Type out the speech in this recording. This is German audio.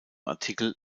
artikel